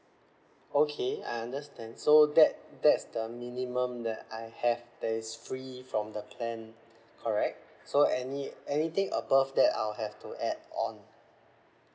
okay I understand so that that's the minimum that I have that is free from the plan correct so any anything above that I'll have to add on